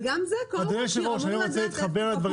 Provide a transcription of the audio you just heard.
אדוני היושב ראש אני רוצה להתחבר לדברים